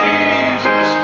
Jesus